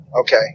Okay